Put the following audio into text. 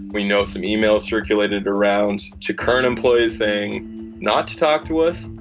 we know some emails circulated around to current employees saying not to talk to us.